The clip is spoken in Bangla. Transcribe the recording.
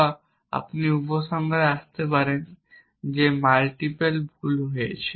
বা আপনি উপসংহারে আসতে পারেন যে 1 মাল্টিপল ভুল হয়েছে